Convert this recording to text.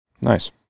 Nice